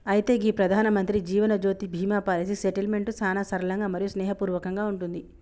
అయితే గీ ప్రధానమంత్రి జీవనజ్యోతి బీమా పాలసీ సెటిల్మెంట్ సానా సరళంగా మరియు స్నేహపూర్వకంగా ఉంటుంది